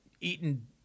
eaten